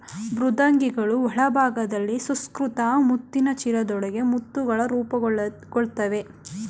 ಮೃದ್ವಂಗಿಗಳ ಒಳಭಾಗದಲ್ಲಿ ಸುಸಂಸ್ಕೃತ ಮುತ್ತಿನ ಚೀಲದೊಳಗೆ ಮುತ್ತುಗಳು ರೂಪುಗೊಳ್ತವೆ